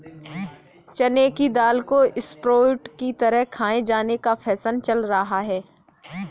चने की दाल को स्प्रोउट की तरह खाये जाने का फैशन चल रहा है